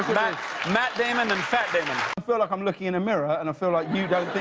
matt matt damon and fat damon. i feel like i'm looking in a mirror and i feel like you